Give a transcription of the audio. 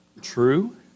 true